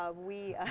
ah we ah